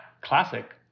Classic